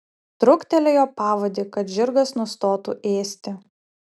truktelėjo pavadį kad žirgas nustotų ėsti